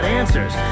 answers